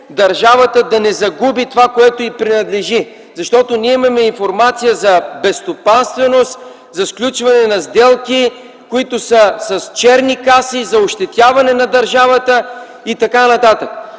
държавата да не загуби онова, което й принадлежи. Защото имаме информация за безстопанственост, за сключване на сделки с черни каси, за ощетяване на държавата и т.н. Затова